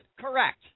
correct